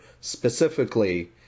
specifically